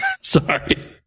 Sorry